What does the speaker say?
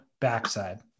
backside